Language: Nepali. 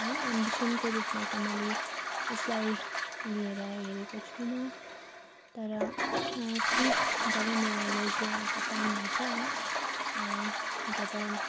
है एम्बिसनको रूपमा त मैले यसलाई लिएर हिँडेको छुइनँ तर फ्री जब मेरो लेजियर एउटा टाइम हुन्छ है जब